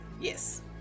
Yes